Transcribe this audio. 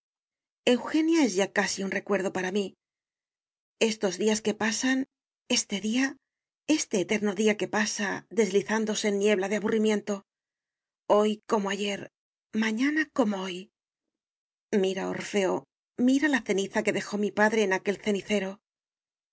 es ya casi un recuerdo para mí estos días que pasan este día este eterno día que pasa deslizándose en niebla de aburrimiento hoy como ayer mañana como hoy mira orfeo mira la ceniza que dejó mi padre en aquel cenicero